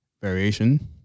variation